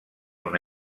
una